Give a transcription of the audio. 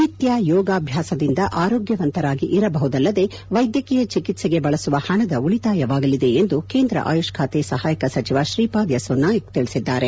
ನಿತ್ಯ ಯೋಗಾಭ್ಯಾಸದಿಂದ ಆರೋಗ್ಯವಂತರಾಗಿ ಇರಬಹುದಲ್ಲದೆ ವೈದ್ಯಕೀಯ ಚಿಕಿತ್ಸೆಗೆ ಬಳಸುವ ಹಣದ ಉಳಿತಾಯವಾಗಲಿದೆ ಎಂದು ಕೇಂದ್ರ ಆಯುಷ್ ಖಾತೆ ಸಹಾಯಕ ಸಚಿವ ತ್ರೀಪಾದ್ ಯಸ್ಲೊ ನಾಯಕ್ ತಿಳಿಸಿದ್ದಾರೆ